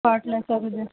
part ਲੈ ਸਕਦੇ ਹੈ